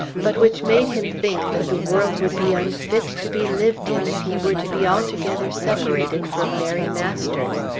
but which made him think that the world would be unfit to be lived in if he were to be altogether separated from mary masters.